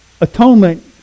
atonement